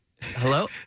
hello